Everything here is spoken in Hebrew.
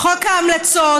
חוק ההמלצות,